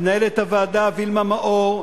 למנהלת הוועדה וילמה מאור,